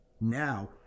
now